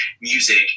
music